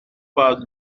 pas